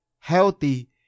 healthy